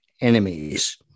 enemies